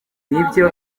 n’ibyo